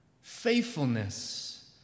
Faithfulness